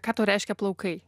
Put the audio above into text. ką tau reiškia plaukai